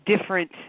different